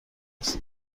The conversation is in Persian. است